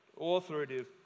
authoritative